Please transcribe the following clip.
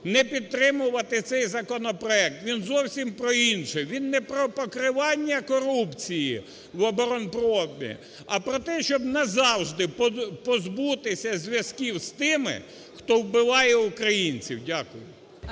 не підтримувати цей законопроект. Він зовсім про інше. Він не про покривання корупції в оборонпромі, а про те, щоб назавжди позбутися зв'язків з тими, хто вбиває українців. Дякую.